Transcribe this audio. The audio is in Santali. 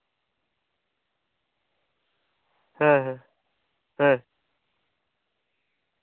ᱦᱮᱸ ᱦᱮᱸ ᱦᱮᱸ